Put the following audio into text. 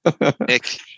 Nick